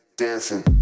dancing